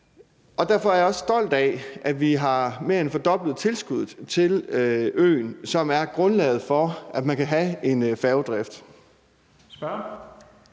Derfor er jeg også stolt af, at vi har mere end fordoblet tilskuddet til øen, hvad der også er grundlaget for, at man kan have en færgedrift.